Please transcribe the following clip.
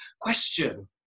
question